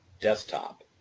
desktop